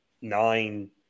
nine